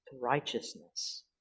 righteousness